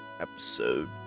episode